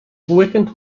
weekend